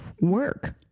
work